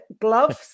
Gloves